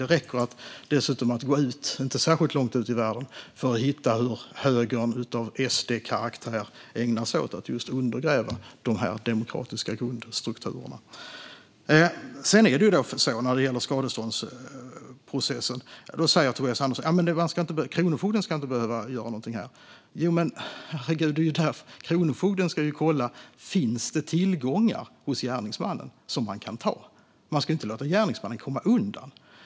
Man behöver dessutom inte gå särskilt långt ut i världen för att hitta hur högern av SD-karaktär ägnar sig åt att just undergräva de demokratiska grundstrukturerna. När det gäller skadeståndsprocessen säger Tobias Andersson att Kronofogden inte ska behöva göra någonting här. Men Kronofogden ska ju kolla om det finns tillgångar hos gärningsmannen som man kan ta. Man ska inte låta gärningsmannen komma undan.